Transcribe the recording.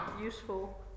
useful